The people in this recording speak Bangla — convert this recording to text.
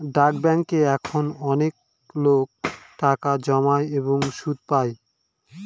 ডাক ব্যাঙ্কে এখন অনেকলোক টাকা জমায় এবং সুদ পাই